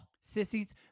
Sissies